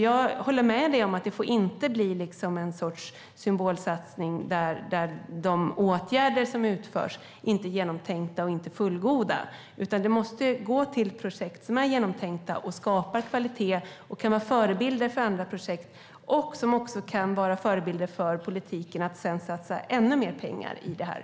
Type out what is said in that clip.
Jag håller med om att det inte får bli någon sorts symbolsatsning där de åtgärder som utförs inte är genomtänkta och inte fullgoda. Det måste gå till projekt som är genomtänkta och skapar kvalitet och som kan vara förebilder för andra projekt. De kan också vara förebilder för politiken när det gäller att satsa ännu mer pengar i detta.